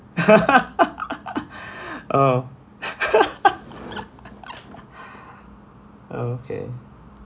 ah okay